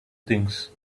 things